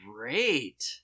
Great